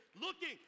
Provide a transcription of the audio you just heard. Looking